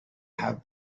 have